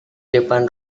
depan